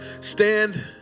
stand